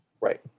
Right